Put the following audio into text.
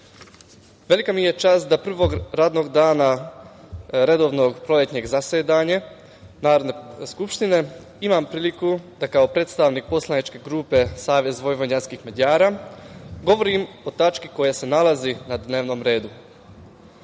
mi je čast da prvog radnog dana redovnog proletnjeg zasedanja Narodna skupštine imam priliku da kao predstavnik poslaničke grupe Savez vojvođanskih Mađara govorim o tački koja se nalazi na dnevnom redu. Na